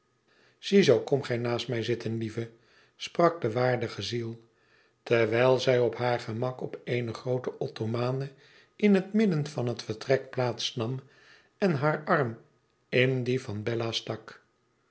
ziezoo kom gij naast mij zitten lieve sprak de waardige ziel terwijl zij op baar gemak op eene groote ottomane in het midden van het vertrek plaats nam en haar arm in dien van bella stak